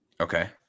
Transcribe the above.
Okay